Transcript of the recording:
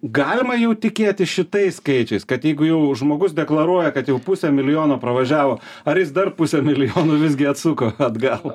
galima jau tikėti šitais skaičiais kad jeigu jau žmogus deklaruoja kad jau pusę milijono pravažiavo ar jis dar pusę milijono visgi atsuko atgal